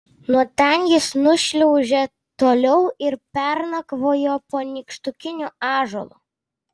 nuo ten jis nušliaužė toliau ir pernakvojo po nykštukiniu ąžuolu